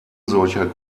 solcher